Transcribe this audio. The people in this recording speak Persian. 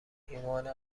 ایمان